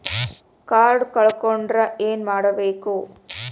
Card ಕಳ್ಕೊಂಡ್ರ ಏನ್ ಮಾಡಬೇಕು?